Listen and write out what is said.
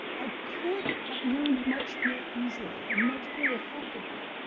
i could have learned much more easily and much more effectively.